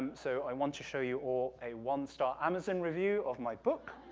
so i want to show you all a one-star amazon review of my book.